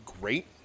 great